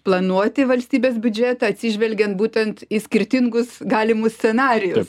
planuoti valstybės biudžetą atsižvelgiant būtent į skirtingus galimus scenarijus